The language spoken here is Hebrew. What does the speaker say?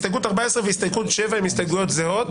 הסתייגות 14 והסתייגות 7 הן הסתייגויות זהות,